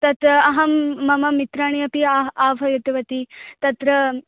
तत्र अहं मम मित्राणि अपि आह् आहूतवती तत्र